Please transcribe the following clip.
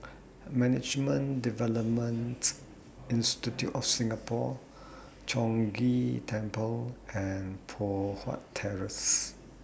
Management Development Institute of Singapore Chong Ghee Temple and Poh Huat Terrace